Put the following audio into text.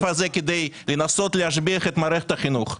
הזה כדי לנסות להשביח את מערכת החינוך.